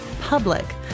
Public